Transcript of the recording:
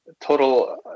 total